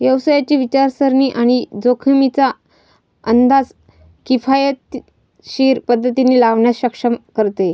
व्यवसायाची विचारसरणी आणि जोखमींचा अंदाज किफायतशीर पद्धतीने लावण्यास सक्षम करते